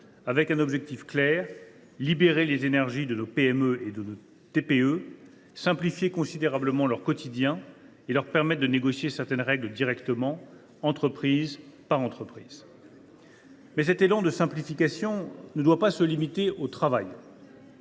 avec un objectif clair : libérer les énergies de nos TPE et PME, simplifier considérablement leur quotidien et leur permettre de négocier certaines règles directement, entreprise par entreprise. « Toutefois, cet élan de simplification ne doit pas se limiter au travail.